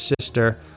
sister